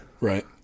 Right